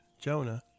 Jonah